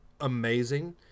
amazing